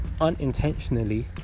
unintentionally